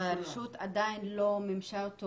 אבל הרשות עדיין לא מימשה אותו